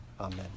Amen